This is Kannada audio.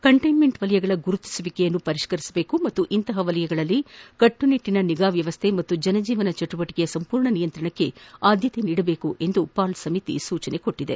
ಕಂಟ್ಟೆನ್ಮೆಂಟ್ ವಲಯಗಳ ಗುರುತಿಸುವಿಕೆಯನ್ನು ಪರಿಷ್ಠರಿಸಬೇಕು ಮತ್ತು ಇಂತಹ ವಲಯಗಳಲ್ಲಿ ಕಟ್ಟುನಿಟ್ಟಿನ ನಿಗಾ ವ್ಯವಸ್ಥೆ ಹಾಗೂ ಜನಜೀವನ ಚಟುವಟಿಕೆಯ ಸಂಪೂರ್ಣ ನಿಯಂತ್ರಣಕ್ಕೆ ಆದ್ಯತೆ ನೀಡಬೇಕು ಪಾಲ್ ಸಮಿತಿ ಸೂಚಿಸಿದೆ